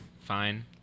fine